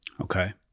Okay